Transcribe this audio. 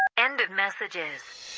end of messages